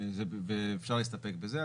ואפשר להסתפק בזה.